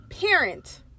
parent